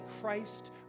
Christ